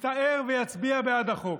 יסתער ויצביע בעד החוק.